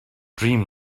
dream